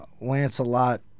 Lancelot